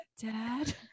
Dad